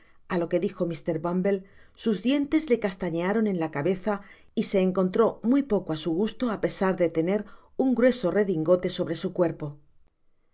manera durante todo el viaje que á lo que dijo mr bumble sus dientes le castañearon en la cabeza y se encontró muy poco á su gusto á pesar de tener un grueso redingote sobre su cuerpo